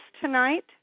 tonight